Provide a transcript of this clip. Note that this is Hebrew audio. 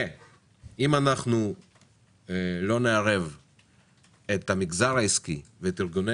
אם אנחנו לא נערב את המגזר העסקי ואת ארגוני